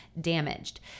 damaged